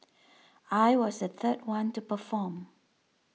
I was the third one to perform